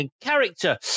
character